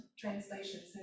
translations